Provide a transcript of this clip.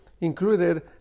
included